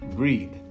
Breathe